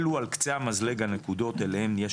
אלו על קצה המזלג הנקודות עליהן יש